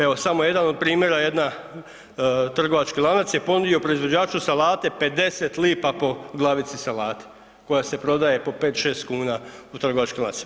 Evo samo jedan od primjera, jedan trgovački lanac je ponudio proizvođaču salate 50 lipa po glavici salate koja se prodaje po 5, 6 kuna u trgovačkim lancima.